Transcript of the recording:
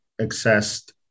accessed